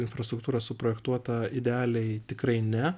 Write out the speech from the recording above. infrastruktūra suprojektuota idealiai tikrai ne